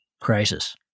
crisis